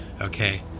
okay